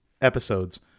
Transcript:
episodes